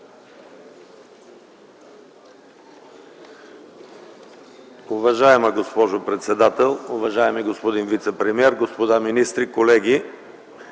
Уважаема госпожо председател, уважаеми господин вицепремиер, господа министри, колеги!